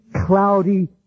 cloudy